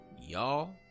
y'all